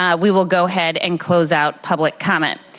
um we will go ahead and close out public comment.